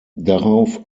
darauf